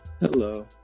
Hello